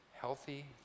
Healthy